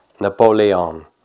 Napoleon